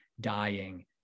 dying